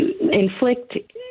inflict